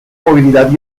movilidad